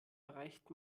erreicht